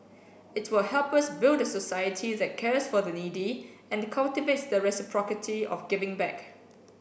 it will help us build a society that cares for the needy and cultivate the reciprocity of giving back